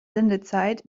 sendezeit